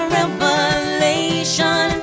revelation